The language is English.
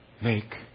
make